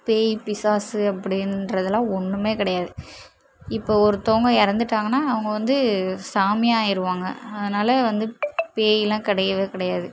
பேய் பிசாசு அப்படின்றதுலாம் ஒன்றுமே கிடையாது இப்போ ஒருத்தவங்க எறந்துட்டாங்கனா அவங்க வந்து சாமியாருவாங்க அதனால வந்து பேயிலாம் கிடையவே கிடையாது